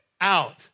out